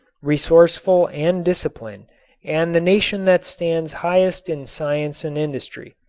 resourceful and disciplined and the nation that stands highest in science and industry.